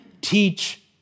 teach